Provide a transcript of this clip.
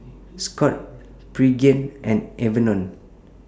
Scott's Pregain and Enervon